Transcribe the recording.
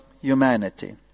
humanity